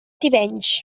tivenys